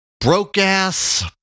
broke-ass